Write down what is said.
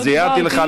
תודה.